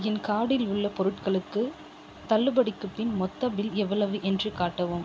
என் கார்டில் உள்ள பொருட்களுக்கு தள்ளுபடிக்குப் பின் மொத்த பில் எவ்வளவு என்று காட்டவும்